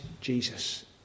Jesus